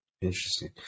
Interesting